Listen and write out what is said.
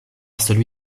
celui